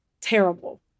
terrible